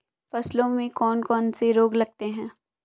फसलों में कौन कौन से रोग लगते हैं?